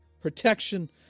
protection